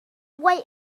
wait